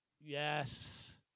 Yes